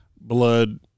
blood